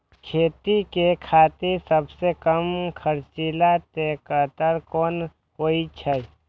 खेती के खातिर सबसे कम खर्चीला ट्रेक्टर कोन होई छै?